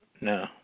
no